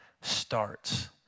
starts